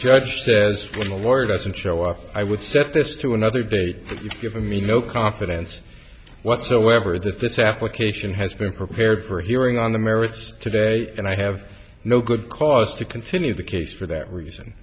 judge says when the lawyer doesn't show up i would set this to another date given me no confidence whatsoever that this application has been prepared for hearing on the merits today and i have no good cause to continue the case for that reason